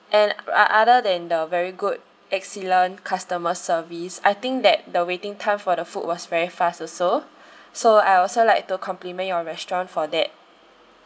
and o~ other than the very good excellent customer service I think that the waiting time for the food was very fast also so I'd also like to compliment your restaurant for that